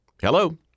Hello